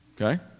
Okay